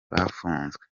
bafunzwe